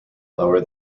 lower